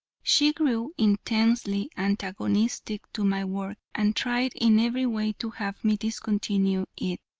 she grew intensely antagonistic to my work, and tried in every way to have me discontinue it.